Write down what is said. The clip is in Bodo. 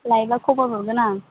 लायोबा खबर हरगोन आं